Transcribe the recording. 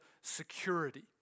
security